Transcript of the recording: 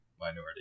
minority